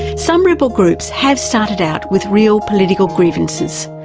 some rebel groups have started out with real political grievances,